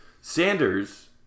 Sanders